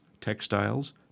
textiles